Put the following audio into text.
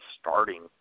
starting